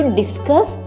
discuss